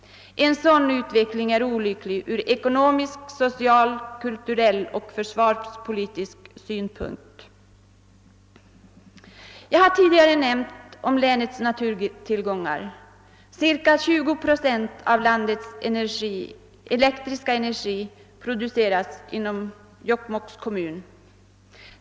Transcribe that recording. En sådan utveckling är olycklig ur ekonomisk, social, kulturell och försvarspolitisk synpunkt. Jag har tidigare nämnt om länets naturtillgångar, 20 procent av landets elektriska energi produceras inom Jokkmokks kommun.